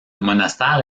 monastère